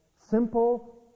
simple